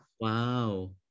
wow